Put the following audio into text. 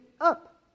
up